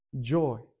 joy